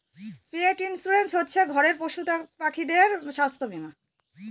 পেট insurance হচ্ছে ঘরের পশুপাখিদের স্বাস্থ্য বীমা